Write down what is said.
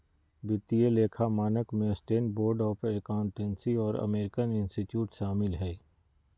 वित्तीय लेखा मानक में स्टेट बोर्ड ऑफ अकाउंटेंसी और अमेरिकन इंस्टीट्यूट शामिल हइ